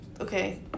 Okay